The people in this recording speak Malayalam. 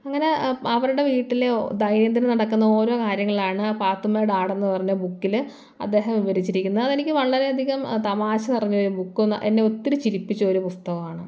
അങ്ങനെ അവരുടെ വീട്ടിലെ ദൈനദിനം നടക്കുന്ന ഓരോ കാര്യങ്ങളാണ് പാത്തുമ്മയുടെ ആടെന്നു പറഞ്ഞ ബുക്കിൽ അദ്ദേഹം വിവരിച്ചിരിക്കുന്നത് അതെനിക്ക് വളരെയധികം തമാശ നിറഞ്ഞൊരു ബുക്ക് എന്നെ ഒത്തിരി ചിരിപ്പിച്ച ഒരു പുസ്തകമാണ്